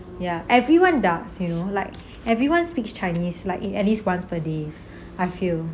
ya everyone does you know like everyone speaks chinese like in at least once per day I feel